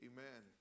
Amen